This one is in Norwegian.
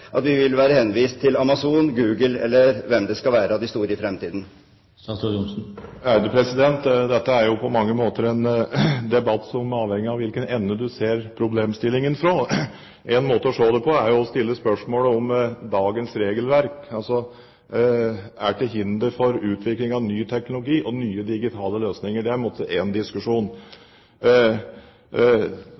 at vi vil være henvist til Amazon, Google eller hvem det skal være av de store, i fremtiden? Dette er på mange måter en debatt som er avhengig av hvilken ende du ser problemstillingen fra. Én måte å se det på er å stille spørsmålet om hvorvidt dagens regelverk er til hinder for utvikling av ny teknologi og nye digitale løsninger. Det er én diskusjon.